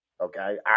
okay